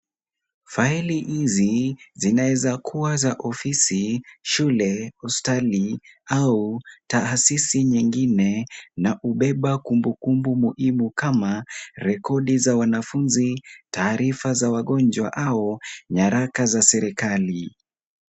Faili hizi zinaeza kuwa za ofisi, shule, hospitali au taasisi nyingine na kubeba kumbukumbu muhimu kama rekodi za wanafunzi, taarifa za wagonjwa au nyaraka za serikali.